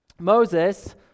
Moses